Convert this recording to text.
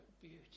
beauty